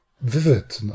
vivid